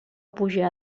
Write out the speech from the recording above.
puja